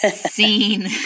scene